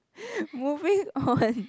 moving on